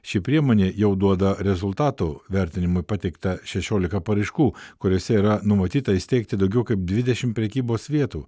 ši priemonė jau duoda rezultatų vertinimui pateikta šešiolika paraiškų kuriose yra numatyta įsteigti daugiau kaip dvidešim prekybos vietų